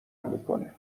میکنه